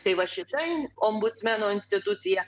tai va šitaip ombudsmeno instituciją